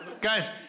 Guys